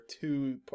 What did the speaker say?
two